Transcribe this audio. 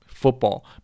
Football